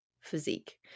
physique